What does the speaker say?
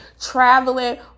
traveling